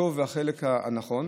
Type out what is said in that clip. עד כאן זה החלק הטוב והחלק הנכון.